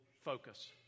focus